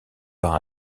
par